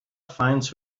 finds